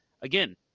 again